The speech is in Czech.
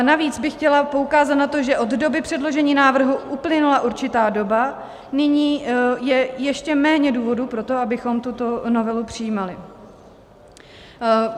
Navíc bych chtěla poukázat na to, že od doby předložení návrhu uplynula určitá doba, nyní je ještě méně důvodů pro to, abychom tuto novelu přijímali.